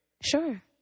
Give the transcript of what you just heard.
Sure